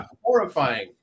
horrifying